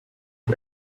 for